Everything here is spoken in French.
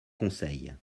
conseil